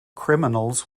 criminals